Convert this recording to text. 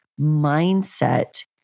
mindset